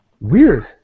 Weird